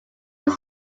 will